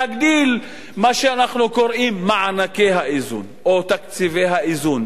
להגדיל מה שאנחנו קוראים מענקי האיזון או תקציבי האיזון.